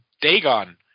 Dagon –